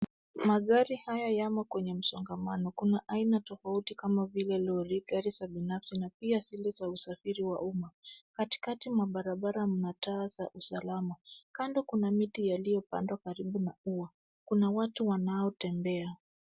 Magari haya yamo kwenye msongamano. Kuna aina tofauti kama vile lori, gari za binafsi na pia zile za usafiri wa umma. Katikati mwa barabara mna taa za usalama. Kando kuna miti yaliyopandwa karibu na ua, kuna watu wanao tembea.